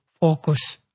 focus